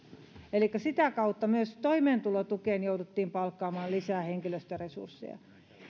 elikkä sitä kautta myös toimeentulotukeen jouduttiin palkkaamaan lisää henkilöstöresursseja